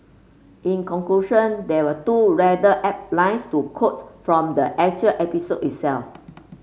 in conclusion there were two rather apt lines to quote from the actual episode itself